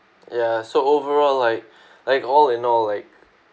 ya so overall like like all in all like